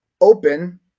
open